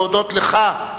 ולהודות לך,